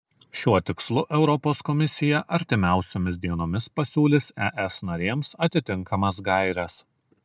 šiuo tikslu europos komisija artimiausiomis dienomis pasiūlys es narėms atitinkamas gaires